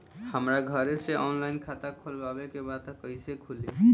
हमरा घरे से ऑनलाइन खाता खोलवावे के बा त कइसे खुली?